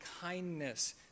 kindness